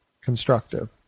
constructive